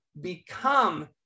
become